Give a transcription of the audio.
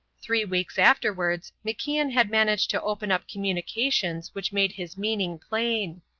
three weeks afterwards macian had managed to open up communications which made his meaning plain.